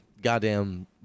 goddamn